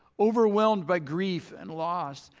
overwhelmed by grief and loss.